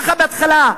ככה, בהתחלה.